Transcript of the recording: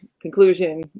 conclusion